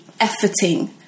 efforting